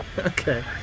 Okay